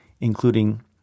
including